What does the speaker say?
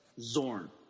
Zorn